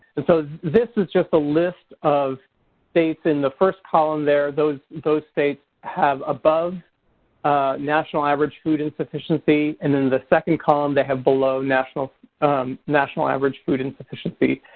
and so this is just a list of states in the first column there. those those states have above national average food insufficiency and then the second column they have below national national average food insufficiency.